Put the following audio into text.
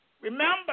Remember